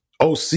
OC